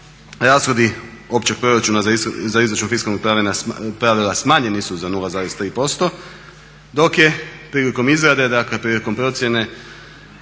rashodi općeg proračuna za izračun fiskalnog pravila smanjeni su za 0,3% dok je prilikom izrade, dakle prilikom procjene,